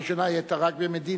הראשונה, היא היתה רק במדינה.